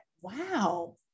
wow